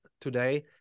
today